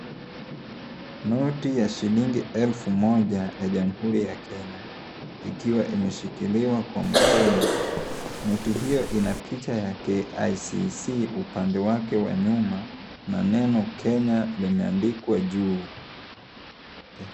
Noti ya shilingi elfu moja ya jamhuri ya Kenya ikiwa imeshikiliwa kwa mkono, noti hiyo ina picha ya KICC upande wake wa nyuma na neno Kenya limeandikwa juu.